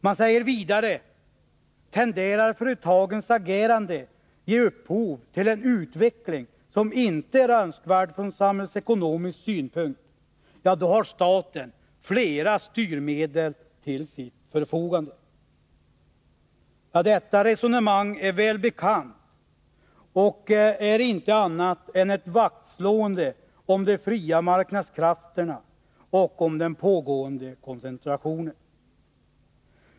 Man säger vidare, att om företagens agerande tenderar att ge upphov till en utveckling som inte är önskvärd från samhällsekonomisk synpunkt, då har staten flera styrmedel till sitt förfogande. Detta resonemang är välbekant och är inte annat än ett vaktslående om de fria marknadskrafterna och om den pågående koncentrationen.